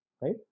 right